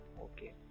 Okay